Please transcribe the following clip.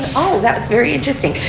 that was very interesting.